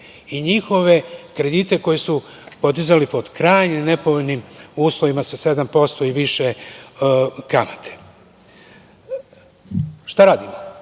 i njihove kredite koje su podizali pod krajnje nepovoljnim uslovima 7% i više, kamate. Šta radimo?